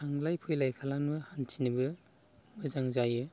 थांलाय फैलाय खालामनो हान्थिनोबो मोजां जायो